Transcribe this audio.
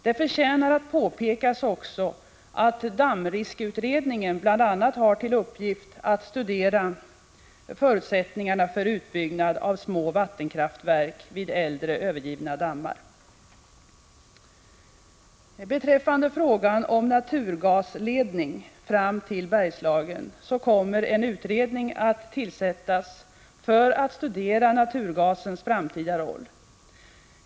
Det förtjänar också att påpekas att dammriskutredningen bl.a. har till uppgift att studera förutsättningarna för utbyggnad av små vattenkraftverk vid äldre, övergivna dammar. Beträffande frågan om naturgasledning fram till Bergslagen vill jag nämna att en utredning kommer att tillsättas för att studera naturgasens framtida roll.